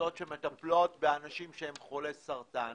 עמותות שמטפלות באנשים שהם חולי סרטן.